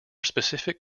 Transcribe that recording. specific